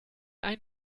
ein